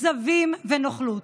כזבים ונוכלות,